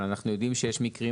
אנחנו יודעים שיש מקרים,